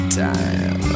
time